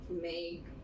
make